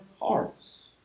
hearts